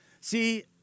See